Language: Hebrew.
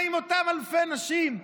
מה עם אותן אלפי נשים?